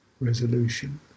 resolution